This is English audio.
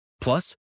Plus